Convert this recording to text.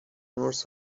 north